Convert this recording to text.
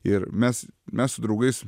ir mes mes su draugais